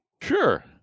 sure